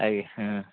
ଆଜ୍ଞା ହଁ